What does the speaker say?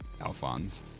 Alphonse